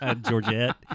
Georgette